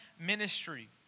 ministry